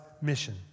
mission